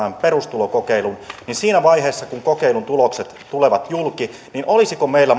perustulokokeilun niin olisiko siinä vaiheessa kun kokeilun tulokset tulevat julki meillä